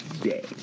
day